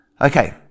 Okay